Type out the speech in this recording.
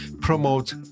promote